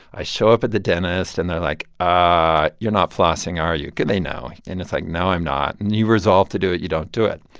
i show up at the dentist, and they're like, ah you're you're not flossing, are you? cause they know. and it's like, no, i'm not. and you resolve to do it. you don't do it.